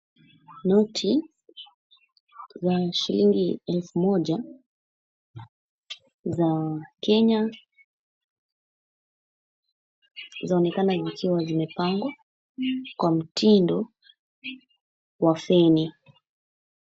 Noti ya shilingi elfu moja za Kenya zaonekana zikiwa zimepangwa kwa mtindo wa feni .